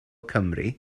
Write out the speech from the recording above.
cymru